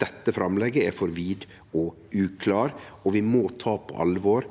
dette framlegget er for vid og uklår, og vi må ta på alvor